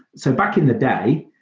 so back in the day,